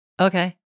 Okay